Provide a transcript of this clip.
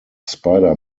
spider